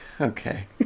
okay